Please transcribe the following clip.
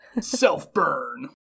Self-burn